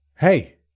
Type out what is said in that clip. Hey